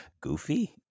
Goofy